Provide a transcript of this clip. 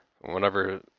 whenever